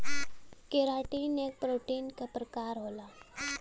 keratin एक protein क प्रकार होला